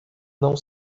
não